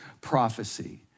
prophecy